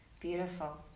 Beautiful